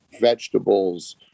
vegetables